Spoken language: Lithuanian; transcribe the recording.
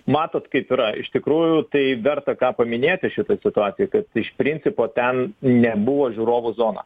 matot kaip yra iš tikrųjų tai verta ką paminėti šitoj situacijoj kad iš principo ten nebuvo žiūrovų zona